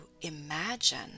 imagine